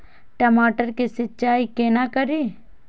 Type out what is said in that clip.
टमाटर की सीचाई केना करी?